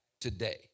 today